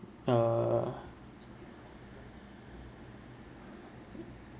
err